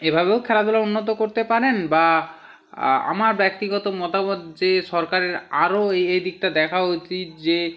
এভাবেও খেলাধূলা উন্নত করতে পারেন বা আমার ব্যক্তিগত মতামত যে সরকারের আরও এই দিকটা দেখা উচিত যে